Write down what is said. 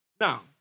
Now